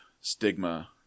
stigma